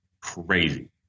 crazy